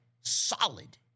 solid